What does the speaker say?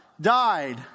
Died